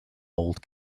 old